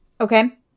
Okay